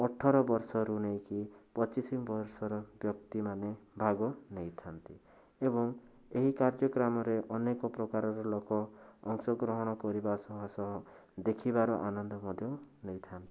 ଅଠର ବର୍ଷ ରୁ ନେଇକି ପଚିଶି ବର୍ଷର ବ୍ୟକ୍ତିମାନେ ଭାଗ ନେଇଥାନ୍ତି ଏବଂ ଏହି କାର୍ଯକ୍ରମରେ ଅନେକ ପ୍ରକାରର ଲୋକ ଅଂଶଗ୍ରହଣ କରିବା ସହ ସହ ଦେଖିବାର ଆନନ୍ଦ ମଧ୍ୟ ନେଇଥାନ୍ତି